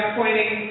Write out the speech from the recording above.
pointing